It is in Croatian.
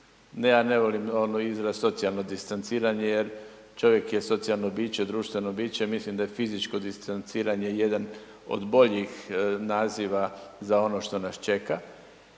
ja ne volim onaj izraz socijalno distanciranje jer čovjek je socijalno biće, društveno biće, mislim da je fizičko distanciranje jedan od boljih naziva za ono što nas čeka.